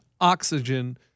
oxygen